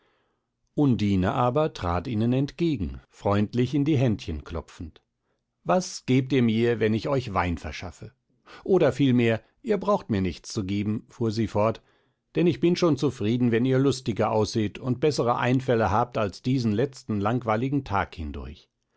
undine aber trat ihnen entgegen freundlich in ihre händchen klopfend was gebt ihr mir wenn ich euch wein verschaffe oder vielmehr ihr braucht mir nichts zu geben fuhr sie fort denn ich bin schon zufrieden wenn ihr lustiger ausseht und bessere einfälle habt als diesen letzten langweiligen tag hindurch